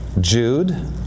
Jude